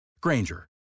Granger